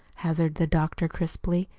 hazarded the doctor crisply.